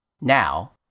Now